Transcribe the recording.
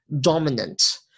dominant